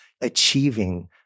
achieving